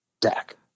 deck